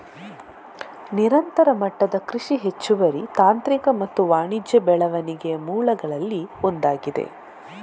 ನಿರಂತರ ಮಟ್ಟದ ಕೃಷಿ ಹೆಚ್ಚುವರಿ ತಾಂತ್ರಿಕ ಮತ್ತು ವಾಣಿಜ್ಯ ಬೆಳವಣಿಗೆಯ ಮೂಲಗಳಲ್ಲಿ ಒಂದಾಗಿದೆ